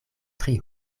tri